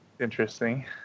Interesting